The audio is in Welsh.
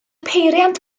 peiriant